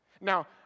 Now